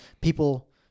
people